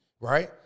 Right